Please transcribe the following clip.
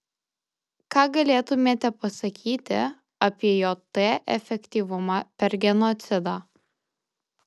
ką galėtumėte pasakyti apie jt efektyvumą per genocidą